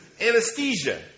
anesthesia